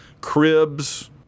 Cribs